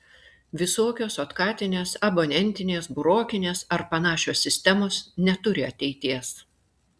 visokios otkatinės abonentinės burokinės ar panašios sistemos neturi ateities